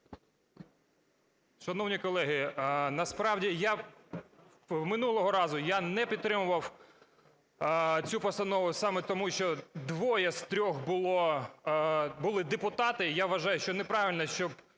Шановні колеги, насправді минулого разу я не підтримував цю постанову саме тому, що двоє з трьох були депутати, і я вважаю, що неправильно, щоб